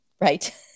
Right